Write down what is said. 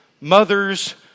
mother's